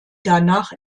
danach